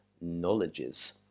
knowledges